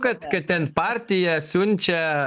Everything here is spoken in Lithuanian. kad kad ten partija siunčia